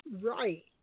Right